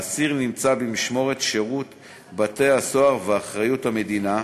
האסיר נמצא במשמורת שירות בתי-הסוהר ובאחריות המדינה.